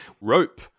Rope